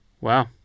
Wow